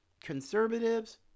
conservatives